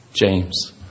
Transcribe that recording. James